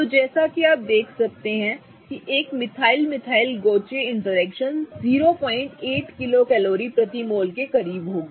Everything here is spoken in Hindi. तो जैसा कि आप देख सकते हैं कि एक methyl methyl gauche interaction 08 kilocalorie प्रति मोल के करीब होगी